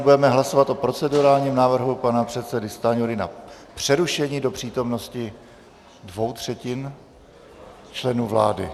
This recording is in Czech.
Budeme hlasovat o procedurálním návrhu pana předsedy Stanjury na přerušení do přítomnosti dvou třetin členů vlády.